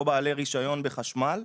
או בעלי רישיון בחשמל,